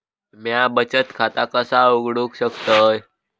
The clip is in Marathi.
म्या बचत खाता कसा उघडू शकतय?